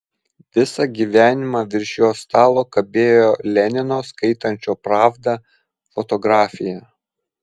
visą gyvenimą virš jo stalo kabėjo lenino skaitančio pravdą fotografija